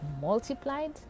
multiplied